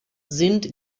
sind